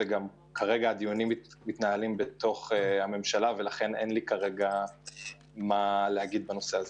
כרגע הדיונים מתנהלים בתוך הממשלה ולכן אין לי מה לומר בנושא.